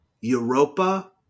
Europa